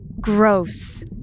Gross